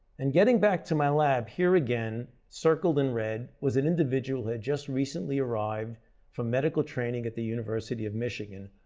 and getting back to my lab, here again, circled in red, was an individual who had just recently arrived from medical training at the university of michigan,